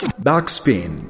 Backspin